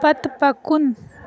پتہٕ پکُن